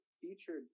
featured